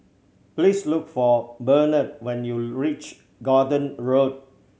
please look for Bernard when you reach Gordon Road